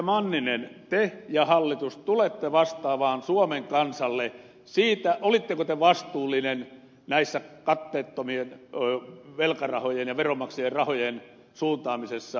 manninen te ja hallitus tulette vastaamaan suomen kansalle siitä olitteko te vastuullinen katteettomien velkarahojen ja veronmaksajien rahojen suuntaamisessa kreikalle